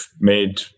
made